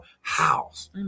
house